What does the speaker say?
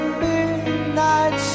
midnight